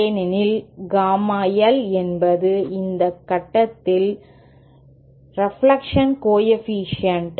ஏனெனில் gamma L என்பது இந்த கட்டத்தில் ரெப்லக்ஷன் கோஎஃபீஷியேன்ட்